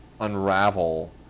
unravel